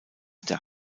der